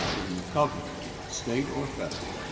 ah when the government, state or federal,